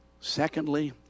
Secondly